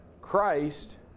Christ